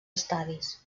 estadis